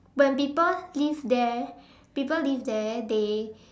when people live there people live there they